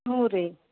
ಹ್ಞೂ ರೀ